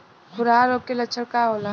खुरहा रोग के लक्षण का होला?